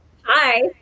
Hi